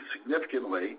significantly